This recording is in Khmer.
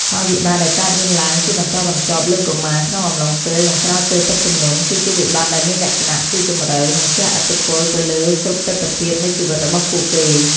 ផលវិបាកដែលកើតមានឡើងជាបន្តបន្ទាប់លើកុមារក្នុងអំឡុងពេល និងក្រោយពេលទឹកជំនន់ គឺជាវិបត្តិដែលមានលក្ខណៈស៊ីជម្រៅ និងជះឥទ្ធិពលទៅលើគ្រប់ទិដ្ឋភាពនៃជីវិតរបស់ពួកគេ។